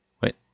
Wait